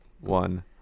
one